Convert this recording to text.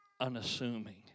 unassuming